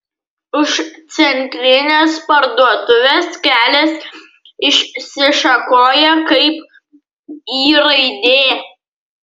už centrinės parduotuvės kelias išsišakoja kaip y raidė